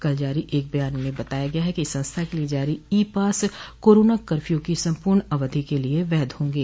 कल जारी एक बयान में बताया गया है कि संस्था के लिये जारी ई पास कोरोना कर्फ्यू की सम्पूर्ण अवधि के लिये वैध होंगे